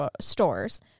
stores